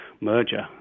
merger